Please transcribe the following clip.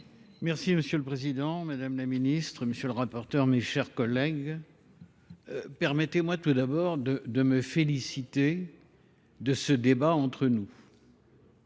Merci M. le Président, Mme la Ministre, M. le Rapporteur, mes chers collègues. Permettez-moi tout d'abord de me féliciter de ce débat entre nous.